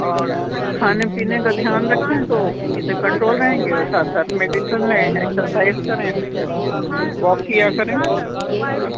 اور کھانے پینے کا دھیان رکھیں تو اسے کنٹرول رہیں گے اور ساتھ ساتھ میڈیسن لیں ایکسرسائز کریں واک کیا کریں تھوڑا